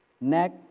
neck